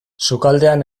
sukaldean